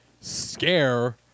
scare